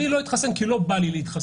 לא אתחסן כי לא בא לי להתחסן,